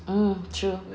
mm true